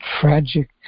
tragic